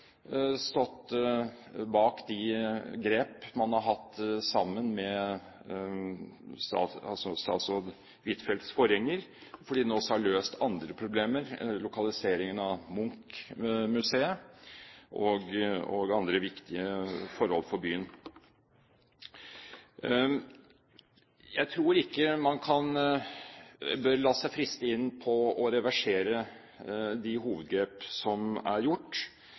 stått bak de grep man har tatt sammen med statsråd Huitfeldts forgjenger, fordi den også har løst andre problemer – som lokaliseringen av Munch-museet og andre viktige forhold for byen. Jeg tror ikke man bør la seg friste inn på å reversere de hovedgrep som er gjort.